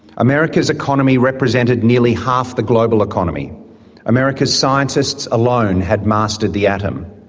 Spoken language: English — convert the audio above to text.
america's economy represented nearly half the global economy america's scientists alone had mastered the atom.